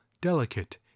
delicate